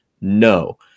No